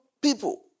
people